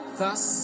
Thus